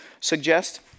suggest